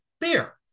Beer